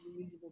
reusable